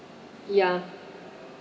ya